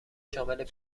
شامل